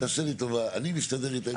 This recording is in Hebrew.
תעשה לי טובה אני מסתדר איתה.